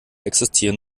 existieren